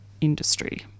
industry